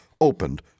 opened